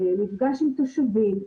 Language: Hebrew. מפגש עם תושבים,